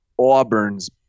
Auburn's